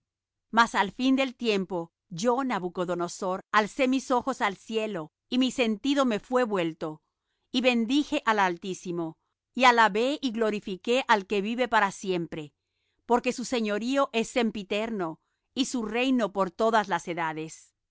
mas al fin del tiempo yo nabucodonosor alcé mis ojos al cielo y mi sentido me fué vuelto y bendije al altísimo y alabé y glorifiqué al que vive para siempre porque su señorío es sempiterno y su reino por todas las edades